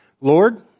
Lord